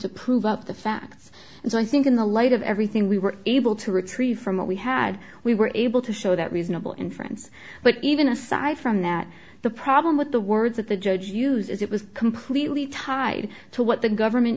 to prove up the facts and so i think in the light of everything we were able to retrieve from what we had we were able to show that reasonable inference but even aside from that the problem with the words that the judge used as it was completely tied to what the government